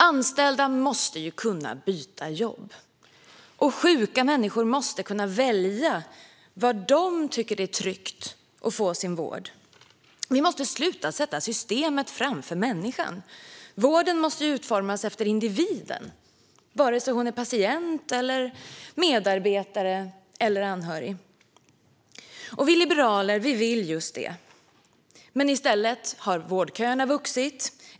Anställda måste kunna byta jobb, och sjuka människor måste kunna välja var de tycker att det är tryggt att få sin vård. Vi måste sluta sätta systemet framför människan. Vården måste utformas efter individen, antingen hon är patient, medarbetare eller anhörig. Vi liberaler vill just det. Men i stället har vårdköerna vuxit.